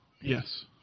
Yes